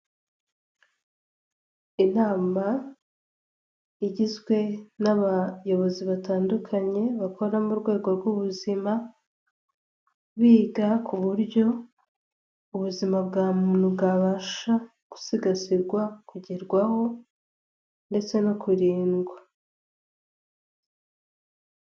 Inama igizwe n'abayobozi batandukanye bakora mu rwego rw'ubuzima, biga ku buryo ubuzima bwa muntu bwabasha gusigasirwa kugerwaho ndetse no kurindwa.